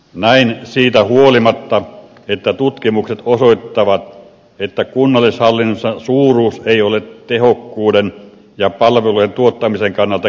näin siitä huolimatta että tutkimukset osoittavat että kunnallishallinnossa suuruus ei ole tehokkuuden ja palvelujen tuottamisen kannalta keskeisin tekijä